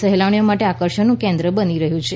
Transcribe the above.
સહેલાણીઓ માટે આકર્ષણનું કેન્દ્ર બની રહ્યું છે